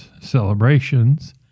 celebrations